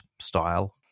style